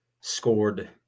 scored